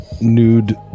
nude